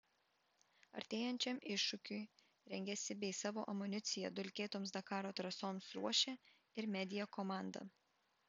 artėjančiam iššūkiui rengiasi bei savo amuniciją dulkėtoms dakaro trasoms ruošia ir media komanda